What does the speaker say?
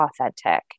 authentic